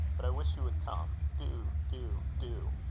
but i wish you would come. do, do, do.